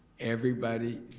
everybody,